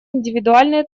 индивидуальные